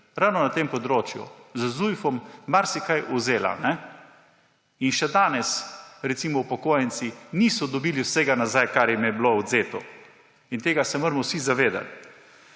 ravno na tem področju, z Zujfom marsikaj vzela. Še danes recimo upokojenci niso dobili nazaj vsega, kar jim je bilo odvzeto, in tega se moramo vsi zavedati.